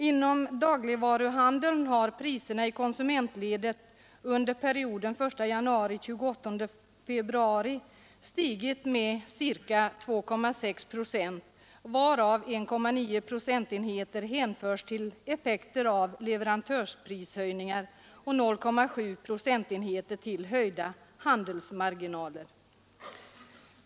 Inom dagligvaruhandeln har priserna i konsumentledet under perioden 1 januari—28 februari stigit med ca 2,6 procent, varav 1,9 procentenheter hänförs till effekter av leverantörsprishöjningar och 0,7 procentenheter till höjda handelsmarginaler.